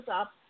up